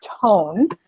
tone